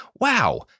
Wow